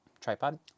tripod